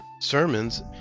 sermons